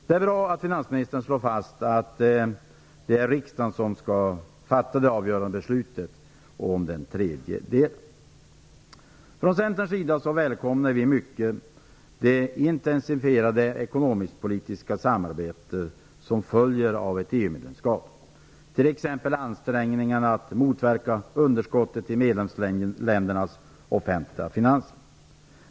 Det är bra att finansministern slår fast att det är riksdagen som skall fatta det avgörande beslutet om den tredje delen. Vi från Centern välkomnar mycket det intensifierade ekonomisk-politiska samarbete som följer av ett EU-medlemskap, t.ex. när det gäller ansträngningarna att motverka underskottet i medlemsländernas offentliga finanser.